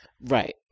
Right